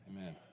amen